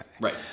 right